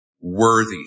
worthy